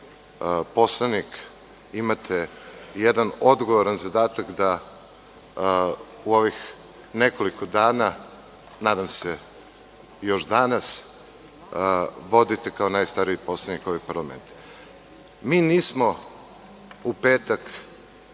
poslanik imate jedan odgovoran zadatak da u ovih nekoliko dana, nadam se, još danas vodite kao najstariji poslanik ovaj parlament. Mi nismo u petak